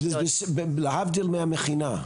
להבדיל מהמכינה.